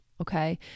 Okay